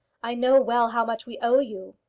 i know well how much we owe you.